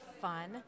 fun